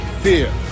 fear